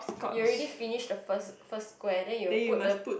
you already finished the first first square then you put the